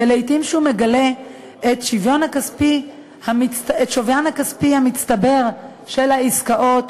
ולעתים כשהוא מגלה את שוויין הכספי המצטבר של העסקאות,